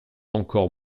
encore